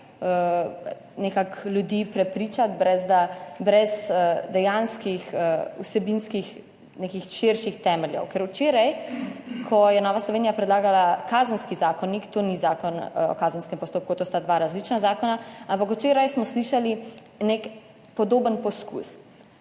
najlažje ljudi prepričati brez dejanskih vsebinskih, nekih širših temeljev. Ker včeraj, ko je Nova Slovenija predlagala kazenski zakonik, to ni zakon o kazenskem postopku, to sta dva različna zakona, ampak včeraj smo slišali nek podoben poskus.